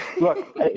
Look